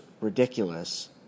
ridiculous